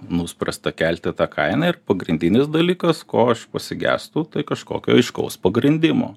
nuspręsta kelti tą kainą ir pagrindinis dalykas ko aš pasigestu tai kažkokio aiškaus pagrindimo